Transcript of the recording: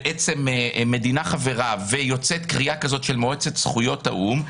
ומדינה חברה ויוצאת קריאה כזאת של מועצת זכויות האו"ם,